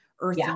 Earth